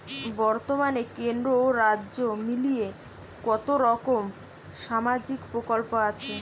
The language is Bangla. বতর্মানে কেন্দ্র ও রাজ্য মিলিয়ে কতরকম সামাজিক প্রকল্প আছে?